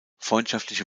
freundschaftliche